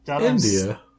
India